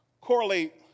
correlate